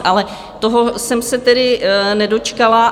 Ale toho jsem se tedy nedočkala.